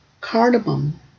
cardamom